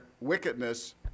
wickedness